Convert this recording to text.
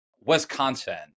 Wisconsin